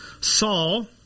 Saul